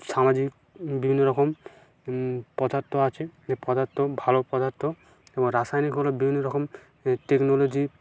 সামাজিক বিভিন্ন রকম পদার্থ আছে যে পদার্থ ভালো পদার্থ এবং রাসায়নিক হলো বিভিন্ন রকম টেকনোলজি